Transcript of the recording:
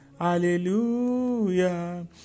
Hallelujah